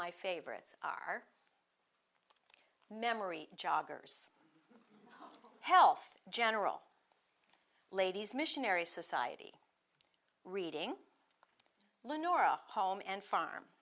my favorites are memory joggers health general ladies missionary society reading lenore palm and farm